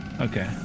Okay